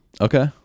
Okay